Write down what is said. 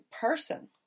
person